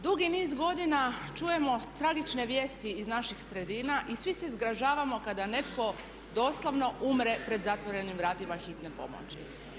Dugi niz godina čujemo tragične vijesti iz naših sredina i svi se zgražavamo kada netko doslovno umre pred zatvorenim vratima hitne pomoći.